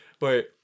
wait